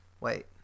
wait